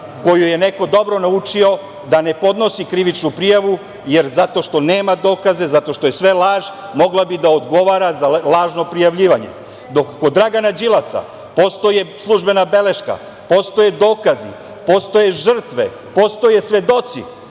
koju je neko dobro naučio da ne podnosi krivičnu prijavu, jer zato što nema dokaze, zato što što je sve laž, mogla bi da odgovara za lažno prijavljivanje. Dok kod Dragana Đilasa postoji službena beleška, postoje dokazi, postoje žrtve, postoje svedoci,